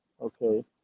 okay